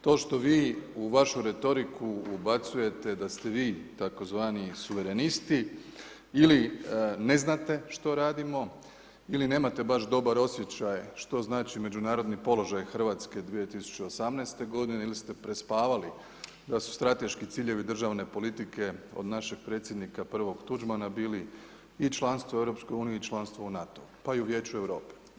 To što vi u vašu retoriku ubacujete daste vi tzv. suverenisti ili ne znate što radimo ili nemate baš dobar osjećaj što znači međunarodni položaj Hrvatske 2018. ili ste prespavali da su strateški ciljevi državne politike od našeg Predsjednika prvog Tuđmana bili i članstvo u EU-u i članstvo u NATO-u pa i u Vijeću Europe.